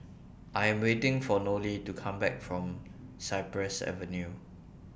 I Am waiting For Nolie to Come Back from Cypress Avenue